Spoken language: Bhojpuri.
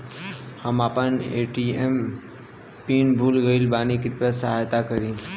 हम आपन ए.टी.एम पिन भूल गईल बानी कृपया सहायता करी